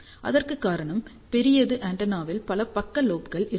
அதற்கான காரணம் பெரியது ஆண்டெனாவில் பல பக்க லோப்கள் இருக்கும்